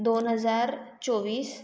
दोन हजार चोवीस